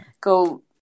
go